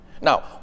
Now